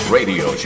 Radio